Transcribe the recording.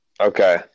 Okay